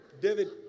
David